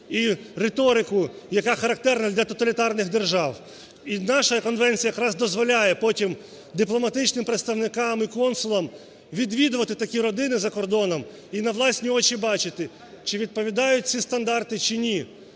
і риторику, яка характерна для тоталітарних держав. І наша конвенція якраз дозволяє потім дипломатичним представникам і консулам відвідувати такі родини за кордоном і на власні очі бачити, чи відповідають ці стандарти, чи ні